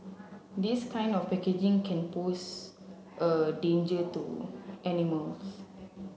this kind of packaging can pose a danger to animals